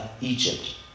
Egypt